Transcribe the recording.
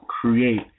create